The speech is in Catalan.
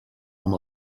amb